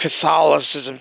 Catholicism